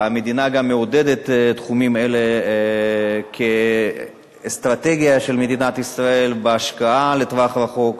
המדינה מעודדת תחומים אלה כאסטרטגיה של מדינת ישראל בהשקעה לטווח הארוך.